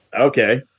okay